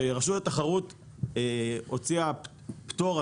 שרשות התחרות הוציאה פטור,